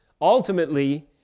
Ultimately